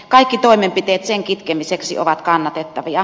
kaikki toimenpiteet sen kitkemiseksi ovat kannatettavia